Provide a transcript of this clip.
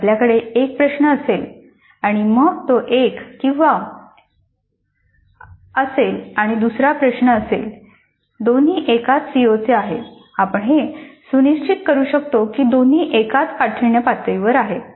जर आपल्याकडे एक प्रश्न असेल आणि मग तो 'किंवा' असेल आणि दुसरा प्रश्न असेल दोन्ही एकाच सीओचे आहेत आपण हे सुनिश्चित करू शकतो की दोन्ही एकाच काठिण्य पातळीवर आहेत